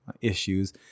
issues